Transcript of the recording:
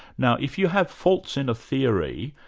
now if you have faults in a theory,